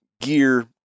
gear